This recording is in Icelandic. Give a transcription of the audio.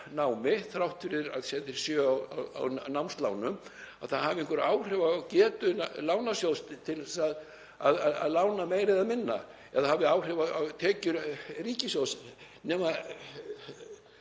námi þrátt fyrir að þeir séu á námslánum hafi einhver áhrif á getu lánasjóðsins til að lána meira eða minna eða hafi áhrif á tekjur ríkissjóðs, nema